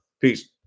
Peace